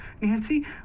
Nancy